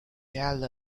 tell